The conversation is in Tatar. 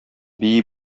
бии